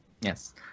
Yes